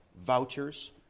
vouchers